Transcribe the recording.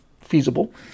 feasible